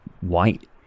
white